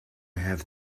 have